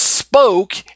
Spoke